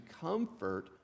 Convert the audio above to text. comfort